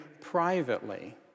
privately